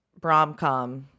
bromcom